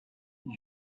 you